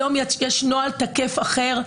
היום יש נוהל תקף אחר,